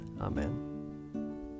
Amen